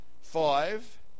Five